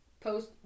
post